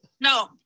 No